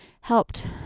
helped